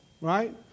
right